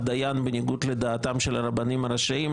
דיין בניגוד לדעתם של הרבנים הראשיים,